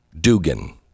Dugan